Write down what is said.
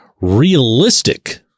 realistic